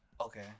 Okay